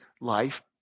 life